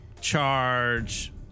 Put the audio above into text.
charge